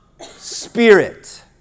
Spirit